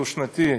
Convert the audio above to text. הדו-שנתי,